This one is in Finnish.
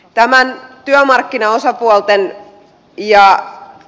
tämän työmarkkinaosapuolten ja